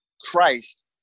Christ